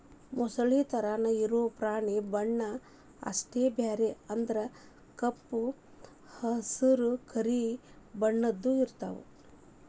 ಮೊಸಳಿ ತರಾನ ಇರು ಪ್ರಾಣಿ ಬಣ್ಣಾ ಅಷ್ಟ ಬ್ಯಾರೆ ಅಂದ್ರ ಕಪ್ಪ ಹಸರ, ಕರಿ ಬಣ್ಣದ್ದು ಇರತಾವ